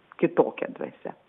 kitokia dvasia